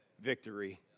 victory